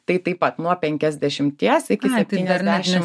tai taip pat nuo penkiasdešimties iki septyniasdešim